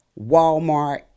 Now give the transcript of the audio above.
Walmart